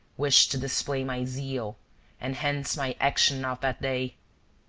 wished to display my zeal and hence my action of that day.